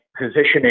positioning